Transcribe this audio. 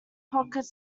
pocket